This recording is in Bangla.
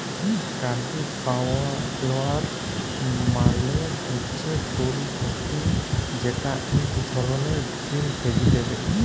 কালিফ্লাওয়ার মালে হছে ফুল কফি যেট ইক ধরলের গ্রিল ভেজিটেবল